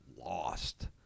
lost